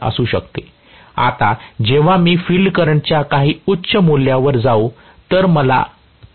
आता जेव्हा मी फील्ड करंटच्या काही उच्च मूल्यावर जाऊ